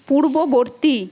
পূর্ববর্তী